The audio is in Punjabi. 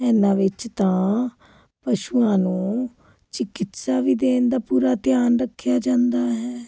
ਇਹਨਾਂ ਵਿੱਚ ਤਾਂ ਪਸ਼ੂਆਂ ਨੂੰ ਚਿਕਿਤਸਾ ਵੀ ਦੇਣ ਦਾ ਪੂਰਾ ਧਿਆਨ ਰੱਖਿਆ ਜਾਂਦਾ ਹੈ